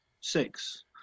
six